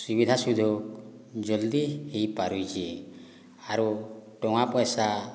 ସୁବିଧା ସୁଯୋଗ ଜଲ୍ଦି ହେଇ ପାରୁଚେ ଆରୁ ଟଙ୍କା ପଇସା